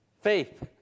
faith